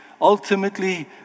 Ultimately